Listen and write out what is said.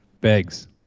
Begs